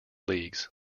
leagues